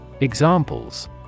examples